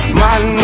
man